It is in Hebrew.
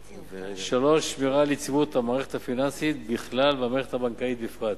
3. שמירה על יציבות המערכת הפיננסית בכלל והמערכת הבנקאית בפרט.